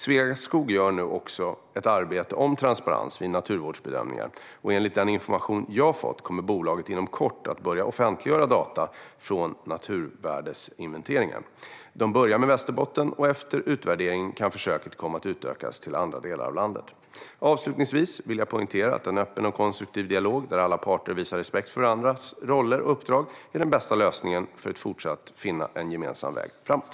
Sveaskog gör nu också ett arbete om transparens vid naturvårdsbedömningar, och enligt den information jag fått kommer bolaget inom kort att börja offentliggöra data från naturvärdesinventeringar. De börjar med Västerbotten, och efter utvärdering kan försöket komma att utökas till andra delar av landet. Avslutningsvis vill jag poängtera att en öppen och konstruktiv dialog, där alla parter visar respekt för varandras roller och uppdrag, är den bästa lösningen för att fortsatt finna en gemensam väg framåt.